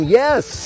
yes